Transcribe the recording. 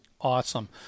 awesome